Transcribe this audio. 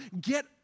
Get